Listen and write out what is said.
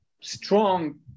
strong